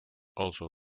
also